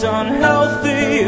unhealthy